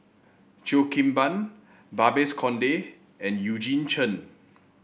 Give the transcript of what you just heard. Cheo Kim Ban Babes Conde and Eugene Chen